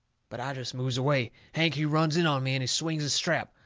but i jest moves away. hank, he runs in on me, and he swings his strap.